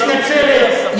יש נצרת,